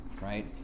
right